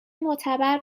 معتبر